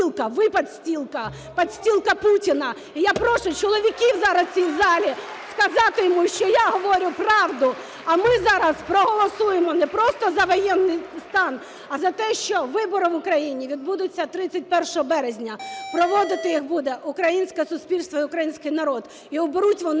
– подстілка. Подстілка Путіна. І я прошу чоловіків зараз в цій залі сказати йому, що я говорю правду! А ми зараз проголосуємо не просто за воєнний стан, а за те, що вибори в Україні відбудуться 31 березня. Проводити їх буде українське суспільство і український народ, і оберуть вони